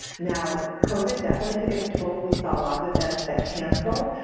now, covid definitely took its toll. we saw a lot of events that canceled,